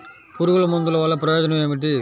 పురుగుల మందుల వల్ల ప్రయోజనం ఏమిటీ?